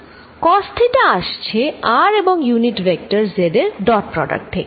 Cos theta আসছে r এবং unit vector z এর ডট প্রোডাক্ট থেকে